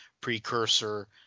precursor